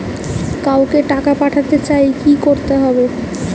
কাউকে টাকা পাঠাতে চাই কি করতে হবে?